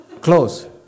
close